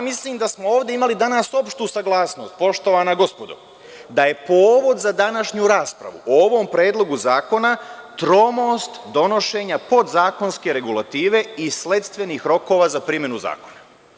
Mislim da smo ovde imali danas opštu saglasnost, poštovana gospodo, da je povod za današnju raspravu o ovom Predlogu zakona tromost donošenja podzakonske regulative i sledstvenih rokova za primenu zakona.